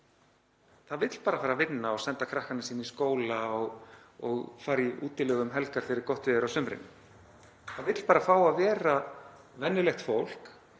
Það vill bara fara að vinna og senda krakkana sína í skóla og fara í útilegur um helgar þegar gott veður er á sumrin. Það vill bara fá að vera venjulegt fólk